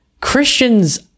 Christians